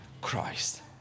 christ